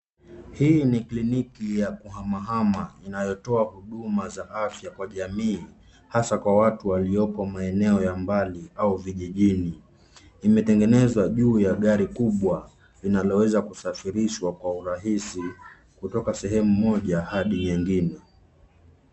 Hii ni kliniki ya kuhamahama, inayotoa huduma za afya kwa jamii, hasa kwa watu walioko maeneo ya mbali au vijijini. Imetengenezwa juu ya gari kubwa, linaloweza kusafirishwa kwa urahisi, kutoka sehemu moja hadi nyingine.